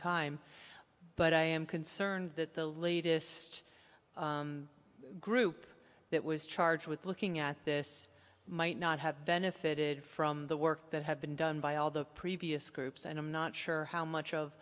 time but i am concerned that the latest group that was charged with looking at this might not have benefited from the work that had been done by all the previous groups and i'm not sure how much of